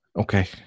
okay